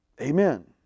Amen